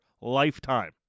lifetime